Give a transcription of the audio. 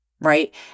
right